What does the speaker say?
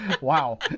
Wow